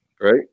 Right